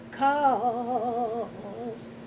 cause